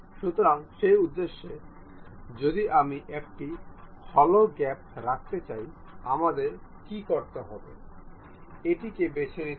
সুতরাং সেই উদ্দেশ্যে যদি আমরা একটি হলো গ্যাপ রাখতে চাই আমাদের কী করতে হবে এইটিকে বেছে নিতে হবে